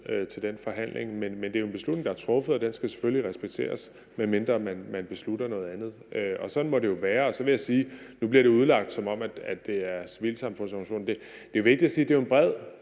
til den forhandling, men det er en beslutning, der er truffet, og den skal selvfølgelig respekteres, medmindre man beslutter noget andet. Sådan må det jo være. Så vil jeg sige, at nu bliver det udlagt, som om det er civilsamfundsorganisationer. Det er vigtigt at sige, at det jo er en bred